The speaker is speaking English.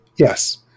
Yes